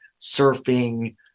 surfing